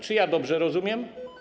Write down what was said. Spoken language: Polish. Czy ja dobrze rozumiem?